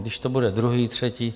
Když to bude druhý, třetí...